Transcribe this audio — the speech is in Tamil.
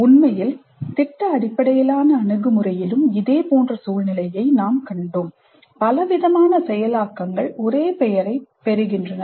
உண்மையில் திட்ட அடிப்படையிலான அணுகுமுறையிலும் இதேபோன்ற சூழ்நிலையை நாம் கண்டோம் பலவிதமான செயலாக்கங்கள் ஒரே பெயரைப் பெறுகின்றன